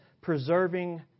preserving